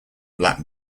black